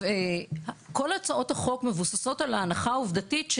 כל הצעות החוק מבוססות על ההנחה העובדתית,